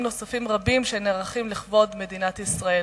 נוספים רבים שנערכים לכבוד מדינת ישראל.